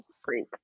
freak